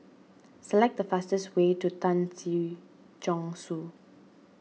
select the fastest way to Tan Si Chong Su